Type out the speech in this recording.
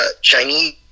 chinese